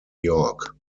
york